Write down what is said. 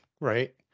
right